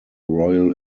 royal